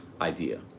idea